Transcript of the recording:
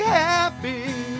happy